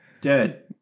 Dead